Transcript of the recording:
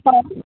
હા